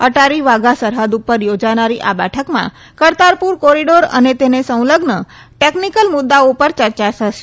અટૃરી વાઘા સરફદ ઉપર યોજાનારી આ બેઠકમાં કરતારપુર કોરીડોર અને તેને સંલગ્ન ટેકનીકલ મુદૃઓ ઉપર ચર્ચા થશે